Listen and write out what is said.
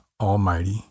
Almighty